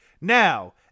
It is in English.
Now